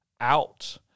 out